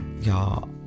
Y'all